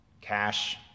cash